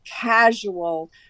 casual